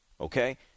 Okay